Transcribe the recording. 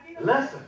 Listen